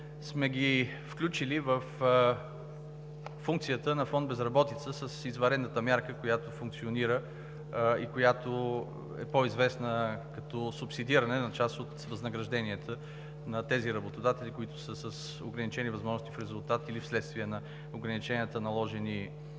сме ги включили във функцията на фонд „Безработица“ с извънредната мярка, която функционира и която е по-известна като субсидиране на част от възнагражденията на работодателите, които са с ограничени възможности в резултат или вследствие на ограниченията, наложени от